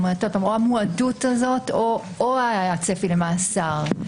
או המועדות הזאת או הצפי למאסר?